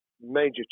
major